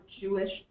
Jewish